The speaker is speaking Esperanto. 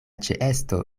ĉeesto